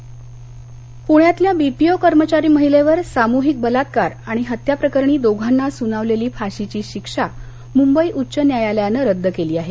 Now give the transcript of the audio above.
फाशी रद्द पुण्यातल्या बीपीओ कर्मचारी महिलेवर सामूहिक बलात्कार आणि हत्या प्रकरणी दोघांना सुनावलेली फाशीची शिक्षा मुंबई उच्च न्यायालयानं रद्द केली आहे